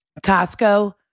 Costco